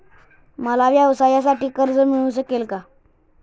मला व्यवसायासाठी कर्ज मिळू शकेल का?